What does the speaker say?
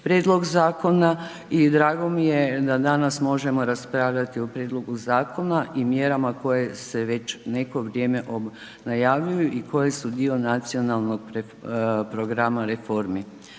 prijedlog zakona i drago mi je da danas možemo raspravljati o prijedlogu zakona i mjerama koje se već neko vrijeme najavljuju i koje su dio nacionalnog programa reformi.